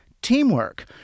Teamwork